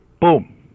boom